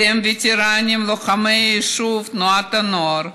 אתם הווטרנים, לוחמי היישוב, תנועות הנוער,